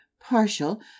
partial